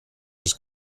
his